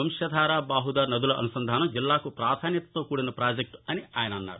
వంశధార బాహుదా నదుల అనుసంధానం జిల్లాకు పధాన్యతతో కూడిన పాజెక్టు అన్నారు